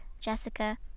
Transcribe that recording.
Jessica